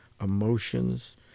emotions